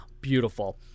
beautiful